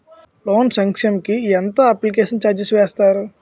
Loan sanction కి ఎంత application charge వేస్తారు?